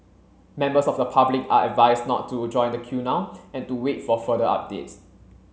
members of the public are advised not to join the queue now and to wait for further updates